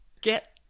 get